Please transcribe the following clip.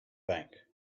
bank